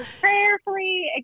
prayerfully